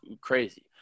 crazy